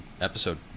episode